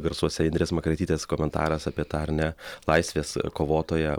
garsuose indrės makaraitytės komentaras apie tą ar ne laisvės kovotoją